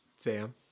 Sam